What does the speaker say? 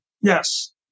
Yes